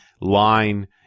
line